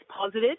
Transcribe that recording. positive